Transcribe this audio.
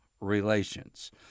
relations